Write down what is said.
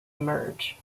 emerge